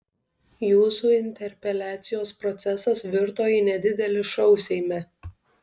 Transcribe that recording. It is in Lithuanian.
jūsų interpeliacijos procesas virto į nedidelį šou seime